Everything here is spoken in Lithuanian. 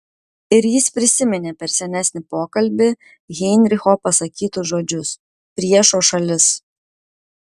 ir jis prisiminė per senesnį pokalbį heinricho pasakytus žodžius priešo šalis